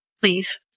Please